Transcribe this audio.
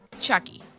Chucky